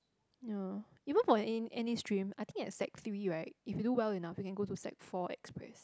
ya even for N N_A stream I think at sec three right if you do well enough and you can go to sec four express